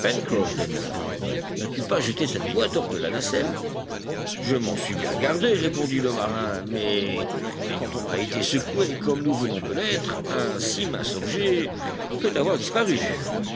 n'as-tu pas jeté cette boîte hors de la nacelle je m'en suis bien gardé répondit le marin mais quand on a été secoués comme nous venons de l'être un si mince objet peut avoir disparu